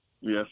Yes